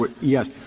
Yes